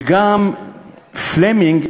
וגם פלמינג,